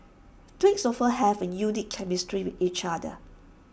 twins often have A unique chemistry with each other